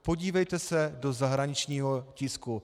Podívejte se do zahraničního tisku.